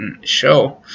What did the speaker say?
show